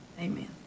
Amen